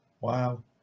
Wow